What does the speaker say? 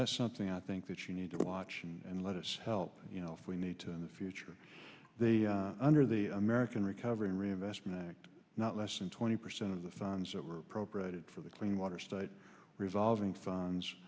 that's something i think that you need to watch and let us help you know if we need to in the future the under the american recovery and reinvestment act not less than twenty percent of the funds that were appropriated for the clean water state revolving funds